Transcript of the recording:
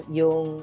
yung